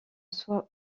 soit